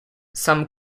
some